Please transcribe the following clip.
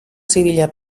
zibila